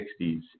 1960s